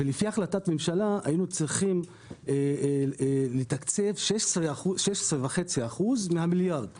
ולפי החלטת ממשלה היינו צריכים לתקצב 16.5% מהמיליארד ₪.